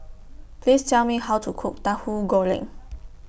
Please Tell Me How to Cook Tahu Goreng